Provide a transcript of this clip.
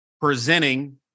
presenting